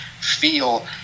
feel